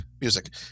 music